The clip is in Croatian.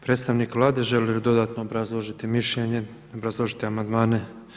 Predstavnik Vlade želi li dodatno obrazložiti mišljenje, obrazložiti amandmane.